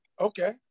Okay